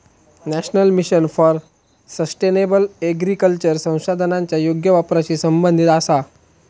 national mission for sustainable agriculture संसाधनांच्या योग्य वापराशी संबंधित आसा